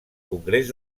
congrés